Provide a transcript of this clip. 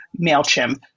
MailChimp